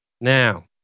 Now